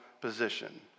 position